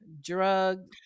Drug